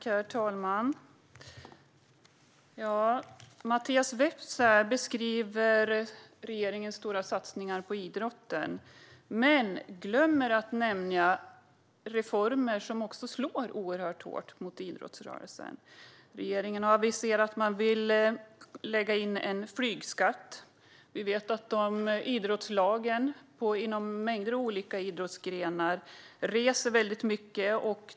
Herr talman! Mattias Vepsä beskriver regeringens stora satsningar på idrotten. Men han glömmer att nämna reformer som slår hårt mot idrottsrörelsen. Regeringen har aviserat att man vill införa en flygskatt. Vi vet att idrottslag inom mängder av olika idrottsgrenar reser väldigt mycket.